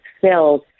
filled